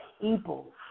people